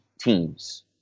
teams